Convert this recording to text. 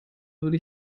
würde